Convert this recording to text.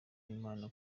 w’imana